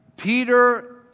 Peter